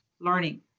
learning